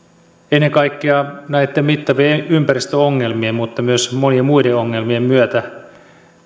ennen kaikkea näitten mittavien ympäristöongelmien mutta myös monien muiden ongelmien myötä